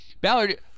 Ballard